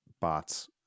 bots